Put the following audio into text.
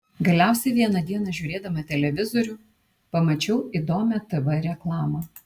galiausiai vieną dieną žiūrėdama televizorių pamačiau įdomią tv reklamą